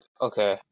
Okay